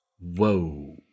Whoa